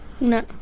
No